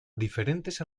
diferentes